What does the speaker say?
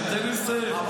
רק שנייה, תן לי לסיים.